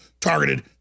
targeted